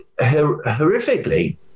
horrifically